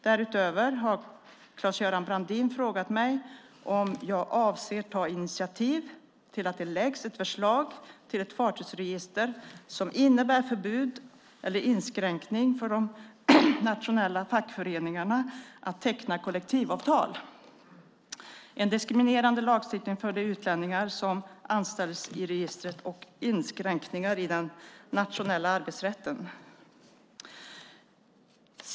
Därutöver har Claes-Göran Brandin frågat mig om jag avser att ta initiativ till att det läggs fram ett förslag till ett fartygsregister som innebär förbud eller inskränkning för de nationella fackföreningarna att teckna kollektivavtal, en diskriminerande lagstiftning för utlänningar som anställs i registret och inskränkningar i den nationella arbetsrätten.